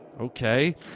Okay